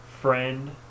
friend